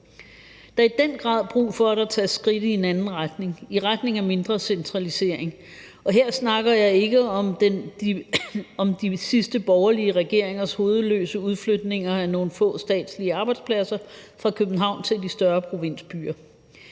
Der er i den grad brug for, at der tages skridt i en anden retning, i retning af mindre centralisering, og her snakker jeg ikke om de sidste borgerlige regeringers hovedløse udflytninger af nogle få statslige arbejdspladser fra København til de større provinsbyer.